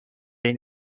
این